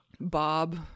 Bob